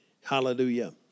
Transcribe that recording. Hallelujah